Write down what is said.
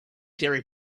diary